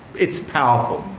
it's powerful.